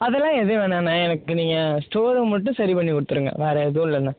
அதெலாம் எதுவும் வேணாம்ண எனக்கு நீங்கள் ஸ்டோர் ரூம் மட்டும் சரி பண்ணி கொடுத்துடுங்க வேறு எதுவும் இல்லைண்ண